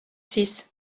six